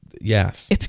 yes